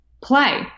play